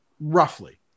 roughly